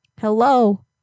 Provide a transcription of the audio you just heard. Hello